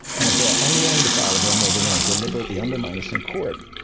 and if they're unwilling to follow them or they're going to deliberately undermine us in court,